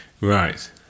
Right